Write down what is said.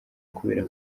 kubera